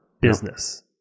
business